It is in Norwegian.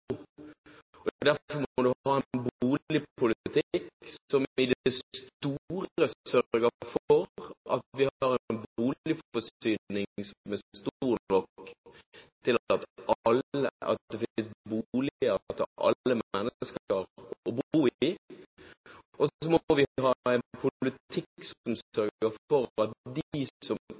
Derfor må vi ha en boligpolitikk som i det store sørger for at vi har en boligforsyning som er stor nok til at det finnes boliger til alle mennesker, og så må vi ha en politikk som sørger for at de som ikke har råd til å skaffe seg en